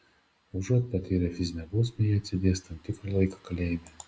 užuot patyrę fizinę bausmę jie atsėdės tam tikrą laiką kalėjime